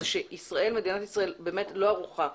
שמדינת ישראל לא ערוכה,